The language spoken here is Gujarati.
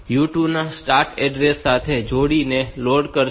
u2 ના સ્ટાર્ટ એડ્રેસ સાથે જોડી ને લોડ કરશે